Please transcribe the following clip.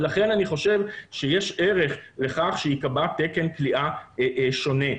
ולכן אני חושב שיש ערך לכך שייקבע תקן כליאה שונה,